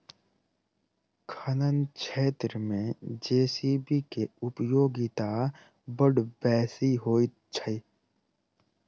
खनन क्षेत्र मे जे.सी.बी के उपयोगिता बड़ बेसी होइत छै